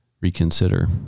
reconsider